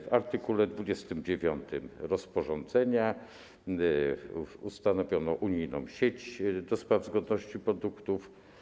W art. 29 rozporządzenia ustanowiono Unijną Sieć ds. Zgodności Produktów.